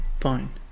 fine